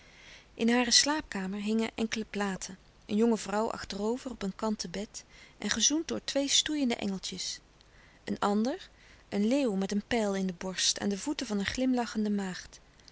in hare slaapkamer hingen enkele platen een jonge vrouw achterover op een kanten bed en gezoend door twee stoeiende engeltjes een ander een leeuw met een pijl in de borst aan de voeten van een glimlachende maagd